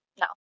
No